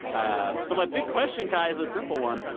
ah so my big question, kai, is a simple one.